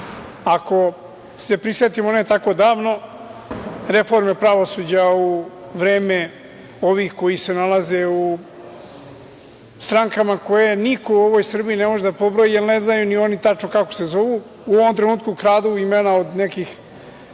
se prisetimo, ne tako davno, reforme pravosuđa u vreme ovih koji se nalaze u strankama koje niko u ovoj Srbiji ne može da pobroji, jer ne znaju ni oni tačno kako se zovu, u ovom trenutku kradu imena nekih